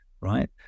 right